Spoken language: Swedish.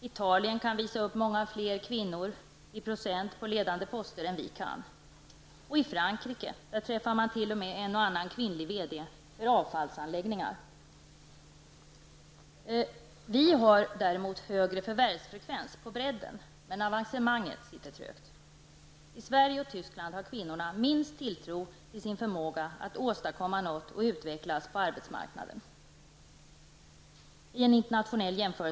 Italien kan visa upp många fler kvinnor i procent räknat på ledande poster än vi kan. Och i Frankrike träffar man t.o.m. en och annan kvinnlig VD för avfallsanläggningar. Vi har däremot en högre förvärvsfrekvens på bredden, men avancemanget sitter trögt. I Sverige och Tyskland har enligt en internationell jämförelse mellan tio länder kvinnorna minst tilltro till sin förmåga att åstadkomma något och utvecklas på arbetsmarknaden.